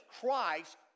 Christ